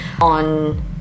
on